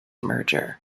merger